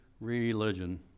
religion